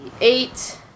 eight